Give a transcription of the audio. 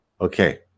Okay